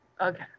Okay